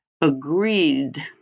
agreed